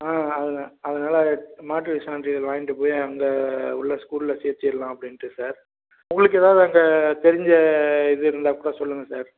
ஆ ஆ அதனால மாற்றுச்சான்றிதழ் வாங்கிகிட்டு போய் அங்கே உள்ள ஸ்கூலில் சேர்த்திர்லாம் அப்படின்ட்டு சார் உங்களுக்கு ஏதாவது அங்கே தெரிஞ்ச இது இருந்தால் கூட சொல்லுங்க சார்